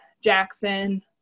Jackson